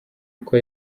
uko